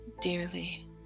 dearly